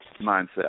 mindset